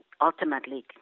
ultimately